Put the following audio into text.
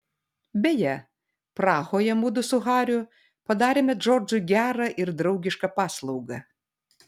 beje prahoje mudu su hariu padarėme džordžui gerą ir draugišką paslaugą